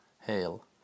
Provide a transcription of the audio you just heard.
Hail